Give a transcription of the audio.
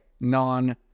non